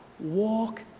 Walk